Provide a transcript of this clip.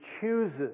chooses